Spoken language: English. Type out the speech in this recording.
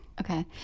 okay